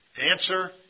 Answer